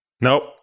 Nope